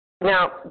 Now